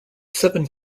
seven